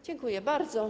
Dziękuję bardzo.